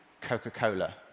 Coca-Cola